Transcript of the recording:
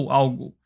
algo